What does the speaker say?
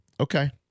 Okay